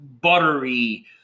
buttery